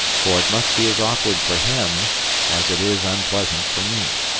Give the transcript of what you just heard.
for it must be as awkward for him as it is unpleasant for me.